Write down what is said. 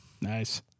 nice